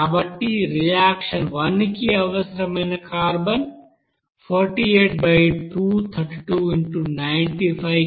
కాబట్టి రియాక్షన్ 1 కి అవసరమైన కార్బన్ 48232x95 కిలోలకు సమానం